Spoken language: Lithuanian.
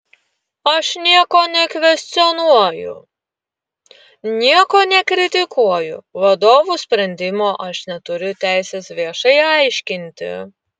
aš nieko nekvestionuoju nieko nekritikuoju vadovų sprendimo aš neturiu teisės viešai aiškinti